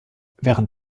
während